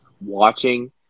watching